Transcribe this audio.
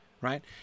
Right